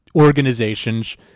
organizations